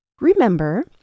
Remember